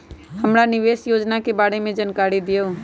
हमरा निवेस योजना के बारे में जानकारी दीउ?